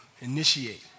initiate